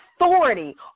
authority